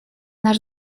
наш